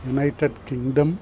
United kingdom